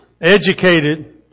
educated